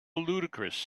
ludicrous